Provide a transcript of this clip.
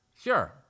Sure